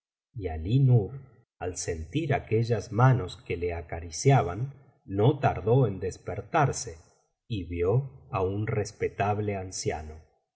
aií lntur al sentir aquellas manos que le acariciaban no tardó en despertarse y vio á un respetable anciano